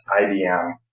IBM